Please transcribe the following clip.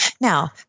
Now